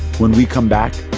when we come back,